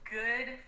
good